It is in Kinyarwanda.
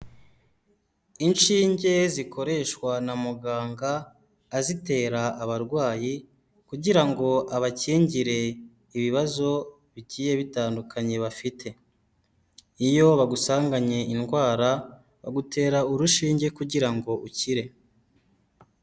Inshinge zikoreshwa na muganga azitera abarwayi kugira ngo abakingire ibibazo bigiye bitandukanye bafite, iyo bagusanganye indwara bagutera urushinge kugira ngo ukire.